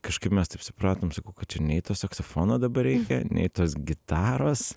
kažkaip mes taip supratom sakau kad čia nei to saksofono dabar reikia nei tos gitaros